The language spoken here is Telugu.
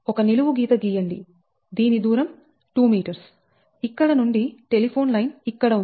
ఒక నిలువు గీత గీయండి దీని దూరం 2m ఇక్కడ నుండి టెలిఫోన్ లైన్ ఇక్కడ ఉంది